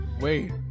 Wait